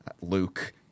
Luke